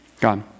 God